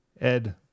Ed